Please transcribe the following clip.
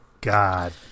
god